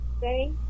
say